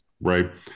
right